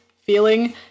feeling